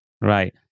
Right